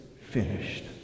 finished